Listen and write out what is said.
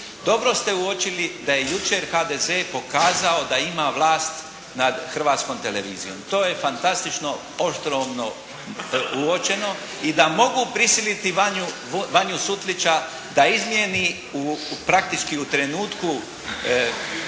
Dobro ste uočili da je jučer HDZ pokazao da ima vlast nad Hrvatskom televizijom. To je fantastično oštroumno uočeno i da mogu prisiliti Vanju, Vanju Sutlića da izmijeni praktički u trenutku,